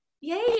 Yay